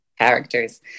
characters